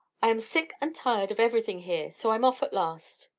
i am sick and tired of everything here, so i'm off at last.